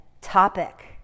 topic